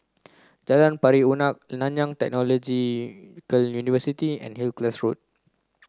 Jalan Pari Unak Nanyang Technological University and Hillcrest Road